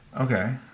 Okay